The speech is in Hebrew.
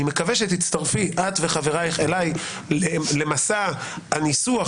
אני מקווה שתצטרפי את וחברייך אליי למסע הניסוח,